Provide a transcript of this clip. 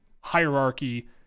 hierarchy